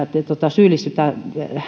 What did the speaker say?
syyllistytään